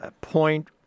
point